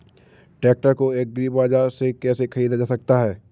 Tractor को agri Bazaar से कैसे ख़रीदा जा सकता हैं?